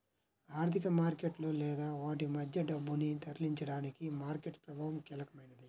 ఆర్థిక మార్కెట్లలో లేదా వాటి మధ్య డబ్బును తరలించడానికి మార్కెట్ ప్రభావం కీలకమైనది